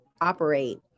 operate